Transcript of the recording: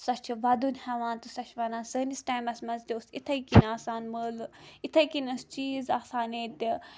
سۄ چھِ وَدُن ہیٚوان تہٕ سۄ چھِ ونان سٲنس ٹایمس منٛز تہِ اوس اِتھے کٔنۍ آسان مٲلہٕ اِتھے کٔنۍ ٲسۍ چیز آسان ییٚتہِ